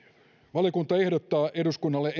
valiokunta ehdottaa eduskunnalle